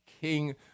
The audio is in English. King